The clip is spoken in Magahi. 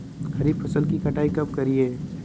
खरीफ फसल की कटाई कब करिये?